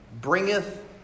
bringeth